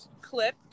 clip